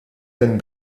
den